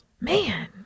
Man